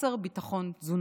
מחוסר ביטחון תזונתי.